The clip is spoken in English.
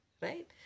right